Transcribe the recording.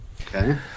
Okay